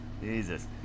Jesus